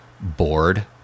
bored